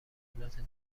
قدرت